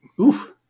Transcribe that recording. Oof